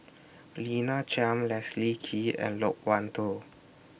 Lina Chiam Leslie Kee and Loke Wan Tho